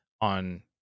on